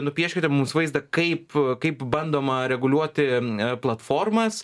nupieškite mums vaizdą kaip kaip bandoma reguliuoti platformas